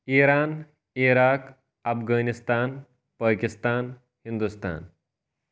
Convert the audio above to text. Iran Iraq Afghanistan Pakistan Hindustan